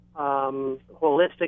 holistic